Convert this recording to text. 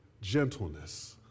gentleness